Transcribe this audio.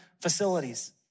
facilities